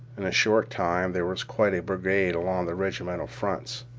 in a short time there was quite a barricade along the regimental fronts.